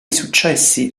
successi